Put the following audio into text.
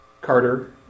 Carter